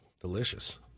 delicious